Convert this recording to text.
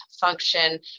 function